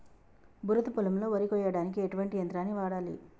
బురద పొలంలో వరి కొయ్యడానికి ఎటువంటి యంత్రాన్ని వాడాలి?